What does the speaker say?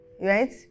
Right